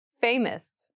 Famous